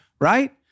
right